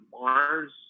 mars